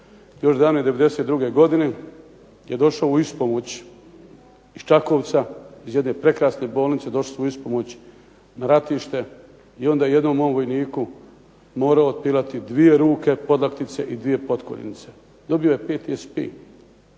još davne '92. godine je došao u ispomoć iz Čakovca iz jedne prekrasne bolnice došli su u ispomoć na ratište. I onda je jednom mom vojniku morao otpilati dvije ruke, podlaktice i dvije potkoljenice. Dobio je PTSP.